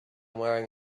wearing